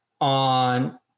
on